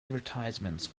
advertisements